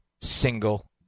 single